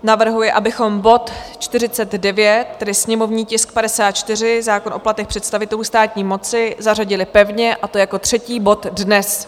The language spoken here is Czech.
Navrhuje, abychom bod 49, tedy sněmovní tisk 54, zákon o platech představitelů státní moci, zařadili pevně, a to jako třetí bod dnes.